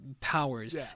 powers